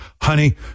Honey